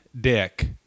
dick